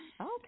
Okay